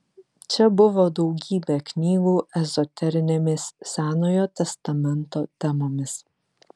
čia buvo daugybė knygų ezoterinėmis senojo testamento temomis